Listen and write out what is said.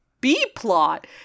b-plot